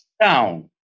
down